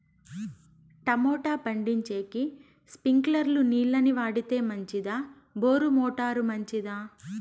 Tomato పండించేకి స్ప్రింక్లర్లు నీళ్ళ ని వాడితే మంచిదా బోరు మోటారు మంచిదా?